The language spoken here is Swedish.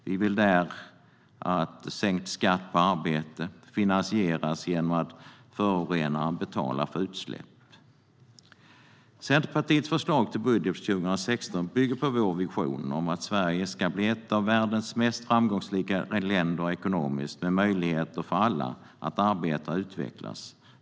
Vi vill att sänkt skatt på arbete finansieras genom att förorenaren betalar för utsläpp. Centerpartiets förslag till budget för 2016 bygger på vår vision att Sverige ska bli ett av världens mest framgångsrika länder ekonomiskt med möjligheter för alla att arbeta och utvecklas.